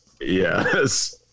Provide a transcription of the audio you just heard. Yes